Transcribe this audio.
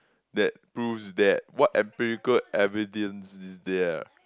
that proves that what empirical evidence is there